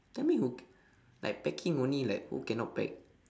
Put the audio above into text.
tell me who like packing only like who cannot pack